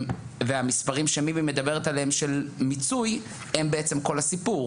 והמספרים שמימי מדברת עליהם של מיצוי הם בעצם כל הסיפור.